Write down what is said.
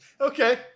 Okay